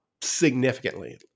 significantly